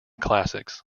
classics